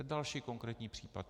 Další konkrétní případ.